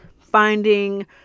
finding